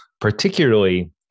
particularly